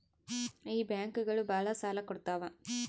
ಈ ಬ್ಯಾಂಕುಗಳು ಭಾಳ ಸಾಲ ಕೊಡ್ತಾವ